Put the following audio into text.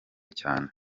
cyane